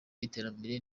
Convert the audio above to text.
iterambere